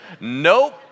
Nope